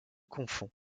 confond